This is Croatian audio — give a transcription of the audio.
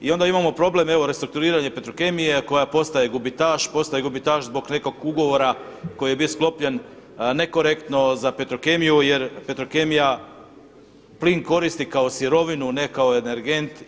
I onda imamo problem, evo restrukturiranje Petrokemije koja postaje gubitaš, postaje gubitaš zbog nekog ugovora koji je bio sklopljen nekorektno za Petrokemiju, jer Petrokemija plin koristi kao sirovinu, ne kao energent.